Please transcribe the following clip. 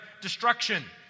destruction